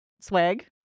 swag